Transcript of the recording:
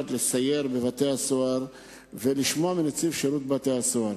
לסייר יחד בבתי-הסוהר ולשמוע מנציב שירות בתי-הסוהר.